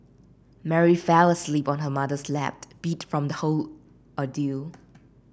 Mary fell asleep on her mother's lap beat from the whole ordeal